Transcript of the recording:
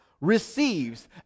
receives